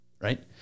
right